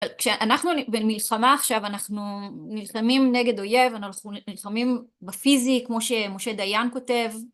כשאנחנו במלחמה עכשיו, אנחנו נלחמים נגד אויב, אנחנו נלחמים בפיזי, כמו שמשה דיין כותב.